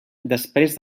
després